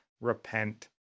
Repent